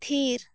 ᱛᱷᱤᱨ